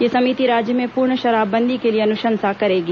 यह समिति राज्य में पूर्ण शराबबंदी के लिए अनुशंसा करेगी